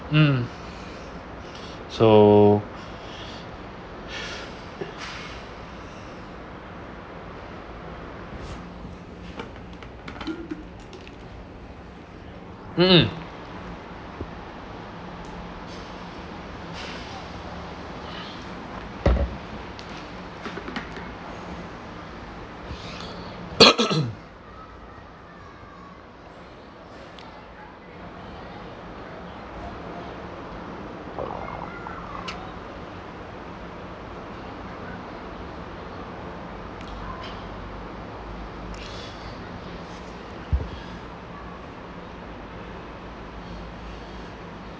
um so mmhmm